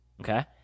okay